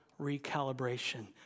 recalibration